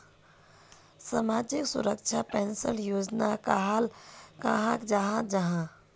सामाजिक सुरक्षा पेंशन योजना कहाक कहाल जाहा जाहा?